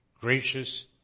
Gracious